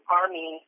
army